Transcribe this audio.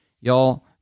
Y'all